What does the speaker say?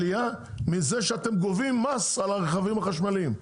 עלייה מזה שאתם גובים מס על הרכבים החשמליים,